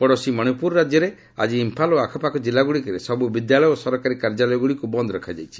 ପଡ଼ୋଶୀ ମଣିପୁର ରାଜ୍ୟରେ ଆଜି ଇମ୍ଫାଲ ଓ ଆଖପାଖ ଜିଲ୍ଲାଗୁଡ଼ିକରେ ସବୁ ବିଦ୍ୟାଳୟ ଓ ସରକାରୀ କାର୍ଯ୍ୟାଳୟଗୁଡ଼ିକୁ ବନ୍ଦ ରଖାଯାଇଛି